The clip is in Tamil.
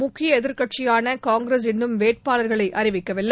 முக்கிய எதிர்க்கட்சியான காங்கிரஸ் இன்னும் வேட்பாளர்களை அறிவிக்கவில்லை